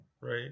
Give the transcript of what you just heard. right